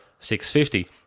650